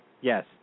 Yes